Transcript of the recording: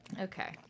Okay